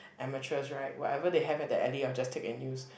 amateurs right whatever they have at the alley I will just take and use